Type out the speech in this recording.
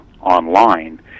online